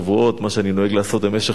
מה שאני נוהג לעשות במשך שנים.